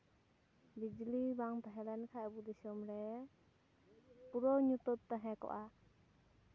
ᱵᱤᱡᱽᱞᱤ ᱵᱟᱝ ᱛᱟᱦᱮᱸ ᱞᱮᱱᱠᱷᱟᱡ ᱟᱵᱚ ᱫᱤᱥᱚᱢ ᱨᱮ ᱯᱩᱨᱟᱹ ᱧᱩᱛᱟᱹᱛ ᱛᱟᱦᱮᱸ ᱠᱚᱜᱼᱟ